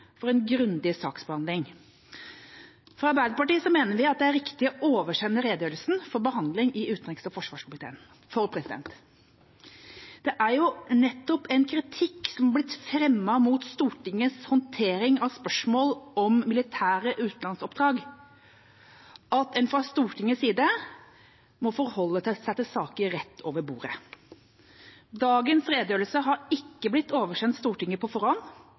for en grundig saksbehandling. Arbeiderpartiet mener det er riktig å sende redegjørelsen til behandling i utenriks- og forsvarskomiteen. Det er jo nettopp en kritikk som er blitt fremmet mot Stortingets håndtering av spørsmål om militære utenlandsoppdrag, at en fra Stortingets side må forholde seg til saker rett over bordet. Dagens redegjørelse har ikke blitt oversendt Stortinget på forhånd.